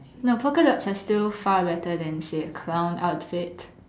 no polka dots are still far better than the clown outfits